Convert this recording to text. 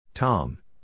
Tom